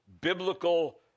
biblical